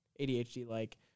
ADHD-like